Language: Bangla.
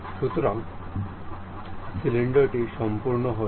সুতরাং সিলিন্ডারটি সম্পন্ন হয়েছে